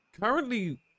currently